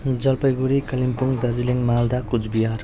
Jalpaiguri Kalimpong Darjeeling Malda Cooch Behar